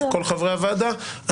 של כל חברי הוועדה,